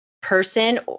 person